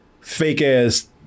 fake-ass